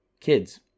kids